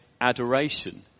adoration